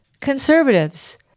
conservatives